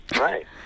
right